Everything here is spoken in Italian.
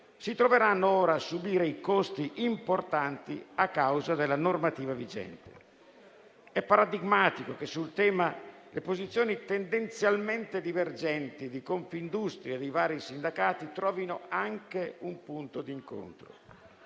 si troveranno ora a subire costi importanti a causa della normativa vigente. È paradigmatico che sul tema le posizioni tendenzialmente divergenti di Confindustria e dei vari sindacati trovino anche un punto di incontro.